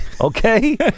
Okay